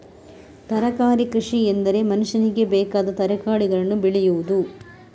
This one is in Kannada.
ತರಕಾರಿ ಕೃಷಿಎಂದರೆ ಮನುಷ್ಯನಿಗೆ ಬೇಕಾದ ತರಕಾರಿಗಳನ್ನು ಬೆಳೆಯುವುದು